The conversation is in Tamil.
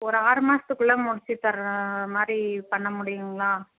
ஒரு ஆறு மாதத்துக்குள்ள முடிச்சு தர மாதிரி பண்ண முடியுங்களா